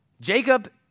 Jacob